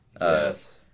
Yes